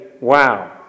wow